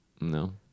No